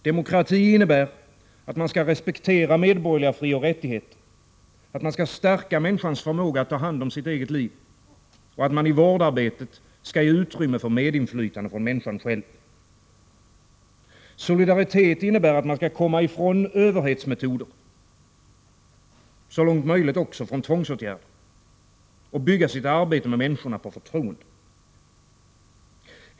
Demokrati innebär att man skall respektera medborgerliga frioch rättigheter, att man skall stärka människans förmåga att ta hand om sitt eget liv och att man i vårdarbetet skall ge utrymme för medinflytande från människan själv. Solidaritet innebär att man skall komma ifrån överhetsmetoder, så långt möjligt också tvångsåtgärder, och bygga sitt arbete med människorna på förtroende.